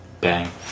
Bang